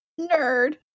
nerd